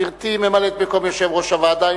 גברתי ממלאת-מקום יושב-ראש הוועדה,